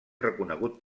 reconegut